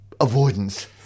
avoidance